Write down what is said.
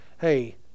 hey